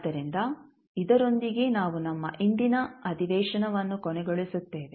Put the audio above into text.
ಆದ್ದರಿಂದ ಇದರೊಂದಿಗೆ ನಾವು ನಮ್ಮ ಇಂದಿನ ಅಧಿವೇಶನವನ್ನು ಕೊನೆಗೊಳಿಸುತ್ತೇವೆ